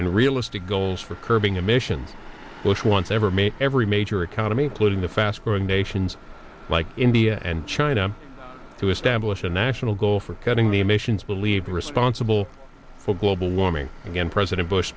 and realistic goals for curbing emissions which once ever made every major economy putting the fast growing nations like india and china to establish a national goal for cutting the emissions believed responsible for global warming again president bush